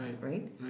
Right